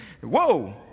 Whoa